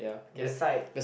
beside